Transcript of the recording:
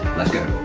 lets go.